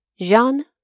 Jean